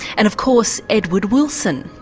and of course, edward wilson,